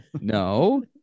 no